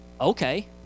okay